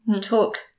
talk